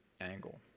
angle